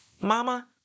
mama